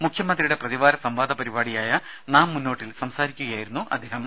മുഖ്യമന്ത്രിയുടെ പ്രതിവാര സംവാദ പരിപാടിയായ നാം മുന്നോട്ടിൽ സംസാരിക്കുകയായിരുന്നു അദ്ദേഹം